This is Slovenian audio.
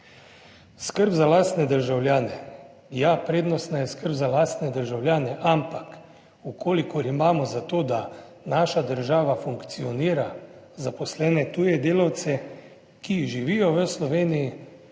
Skrb za lastne državljane, ja, prednostna skrb za lastne državljane, ampak v kolikor imamo za to, da naša država funkcionira, zaposlene tuje delavce, ki živijo v Sloveniji,